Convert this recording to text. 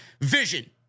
vision